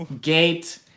Gate